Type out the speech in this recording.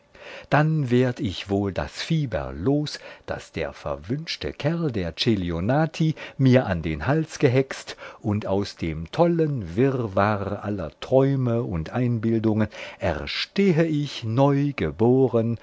dann werd ich wohl das fieber los das der verwünschte kerl der celionati mir an den hals gehext und aus dem tollen wirrwarr aller träume und einbildungen erstehe ich neugeboren